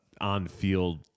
on-field